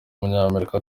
w’umunyamerika